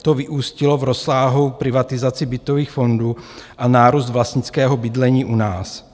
To vyústilo v rozsáhlou privatizaci bytových fondů a nárůst vlastnického bydlení u nás.